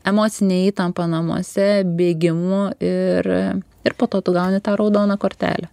emocine įtampa namuose bėgimu ir ir po to tu gauni tą raudoną kortelę